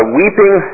weeping